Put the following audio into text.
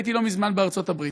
הייתי לא מזמן בארצות-הברית,